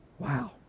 Wow